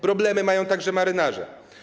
Problemy mają także marynarze.